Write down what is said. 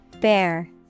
Bear